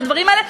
מהדברים האלה,